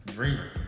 Dreamer